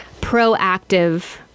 proactive